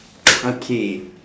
okay